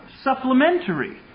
supplementary